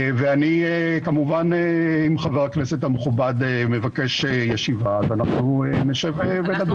וכמובן שאם חבר הכנסת המכובד מבקש ישיבה אז נשב ונדון בעניין.